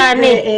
תעני.